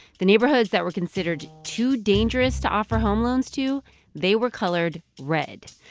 the neighborhoods that were considered too dangerous to offer home loans to they were colored red.